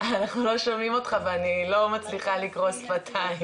אנחנו לא שומעים אותך ואני לא מצליחה לקרוא שפתיים.